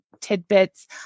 tidbits